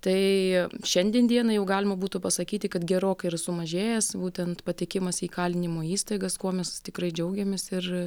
tai šiandien dienai jau galima būtų pasakyti kad gerokai yra sumažėjęs būtent patekimas į įkalinimo įstaigas kuo mes tikrai džiaugiamės ir